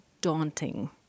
daunting